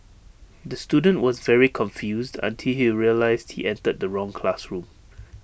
the student was very confused until he realised he entered the wrong classroom